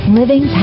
Living